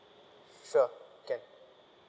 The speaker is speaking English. sure can